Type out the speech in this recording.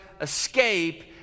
escape